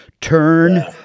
turn